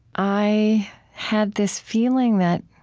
i had this feeling that